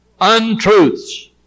untruths